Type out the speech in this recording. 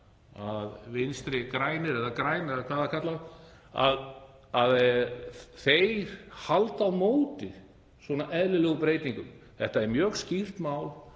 að Vinstri grænir eða græn eða hvað á að kalla þá, halda á móti eðlilegum breytingum. Þetta er mjög skýrt mál